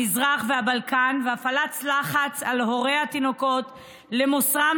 המזרח והבלקן בהפעלת לחץ על הורי התינוקות למוסרם